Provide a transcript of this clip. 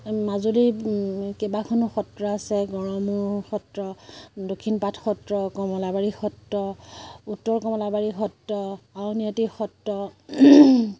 মাজুলীত কেইবাখনো সত্ৰ আছে গড়মূৰ সত্ৰ দক্ষিণপাট সত্ৰ কমলাবাৰী সত্ৰ উত্তৰ কমলাবাৰী সত্ৰ আউনীআটী সত্ৰ